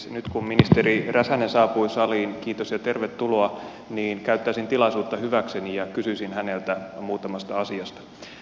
nyt kun ministeri räsänen saapui saliin kiitos ja tervetuloa käyttäisin tilaisuutta hyväkseni ja kysyisin häneltä muutamasta asiasta